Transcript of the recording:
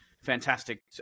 fantastic